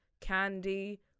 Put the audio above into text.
Candy